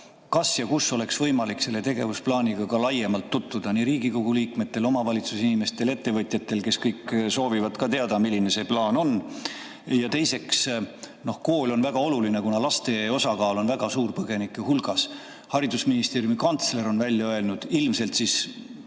Kas ja kus oleks võimalik selle tegevusplaaniga laiemalt tutvuda nii Riigikogu liikmetel, omavalitsuse inimestel kui ka ettevõtjatel, kes kõik soovivad teada, milline see plaan on? Ja teiseks, kool on väga oluline, kuna laste osakaal on põgenike hulgas väga suur. Haridusministeeriumi kantsler on välja öelnud ilmselt siis